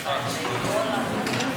גברתי היושבת-ראש,